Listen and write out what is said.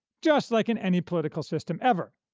just like in any political system ever.